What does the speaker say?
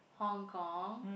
Hong-Kong